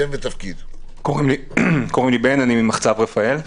שלום, אני בן ממחצב רפאל.